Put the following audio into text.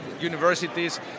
universities